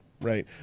right